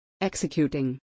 Executing